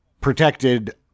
protected